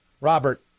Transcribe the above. Robert